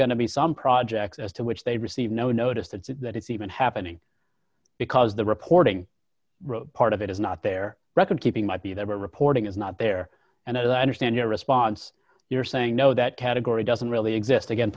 to be some projects as to which they receive no notice to that it's even happening because the reporting part of it is not their record keeping might be that we're reporting is not there and as i understand your response you're saying no that category doesn't really exist again